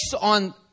on